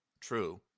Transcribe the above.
True